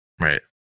Right